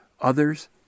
others